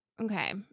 Okay